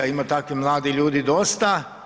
Ima takvih mladih ljudi dosta.